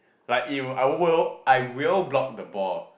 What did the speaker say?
like it will I will I will block the ball